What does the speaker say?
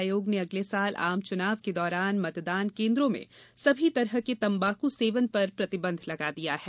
आयोग ने अगले साल आम चुनाव के दौरान मतदान केन्द्रों में सभी तरह के तम्बाकू सेवन पर प्रतिबंध लगा दिया है